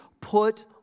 put